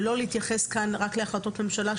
ולא להתייחס כאן רק להחלטות ממשלה,